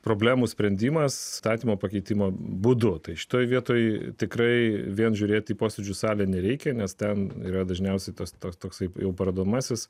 problemų sprendimas statymo pakeitimo būdu tai šitoje vietoj tikrai vien žiūrėti į posėdžių salę nereikia nes ten yra dažniausiai tas toks toksai jau parodomasis